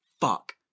Fuck